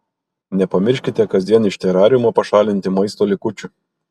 nepamirškite kasdien iš terariumo pašalinti maisto likučių